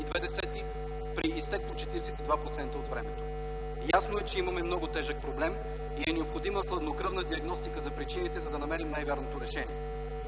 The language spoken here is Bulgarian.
13,2% при изтекло 42% от времето. Ясно е, че имаме много тежък проблем и е необходима хладнокръвна диагностика за причините, за да намерим най-вярното решение.